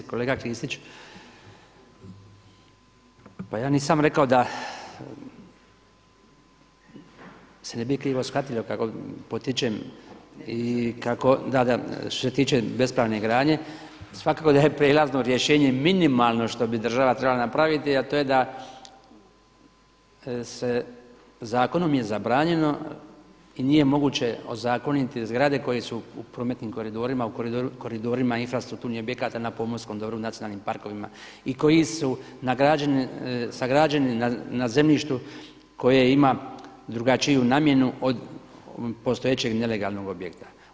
Kolega Kristić, pa ja nisam rekao da se ne bi krivo shvatilo kako potičem i kako, da, da što se tiče bespravne gradnje svakako da je prijelazno rješenje minimalno što bi država trebala napraviti, a to je da se zakonom je zabranjeno i nije moguće ozakoniti zgrade koje su u prometnim koridorima, u koridorima infrastrukturnih objekata na pomorskom dobru, u nacionalnim parkovima i koji su sagrađeni na zemljištu koje ima drugačiju namjenu od postojećeg nelegalnog objekta.